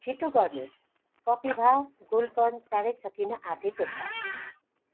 छिटो गर्नुहोस् कपिभा गुलकन्द चाँडै सकिन आँटेको छ